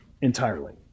entirely